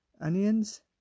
Onions